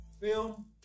film